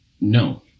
no